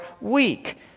weak